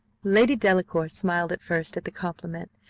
lady delacour smiled at first at the compliment,